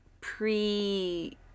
pre